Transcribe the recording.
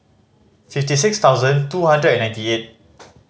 fifty six thousand two hundred and ninety eight